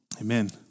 Amen